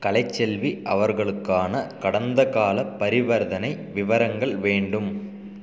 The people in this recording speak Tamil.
கலைச்செல்வி அவர்களுக்கான கடந்தகாலப் பரிவர்த்தனை விவரங்கள் வேண்டும்